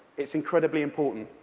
it's incredibly important.